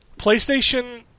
PlayStation